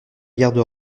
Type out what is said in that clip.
garde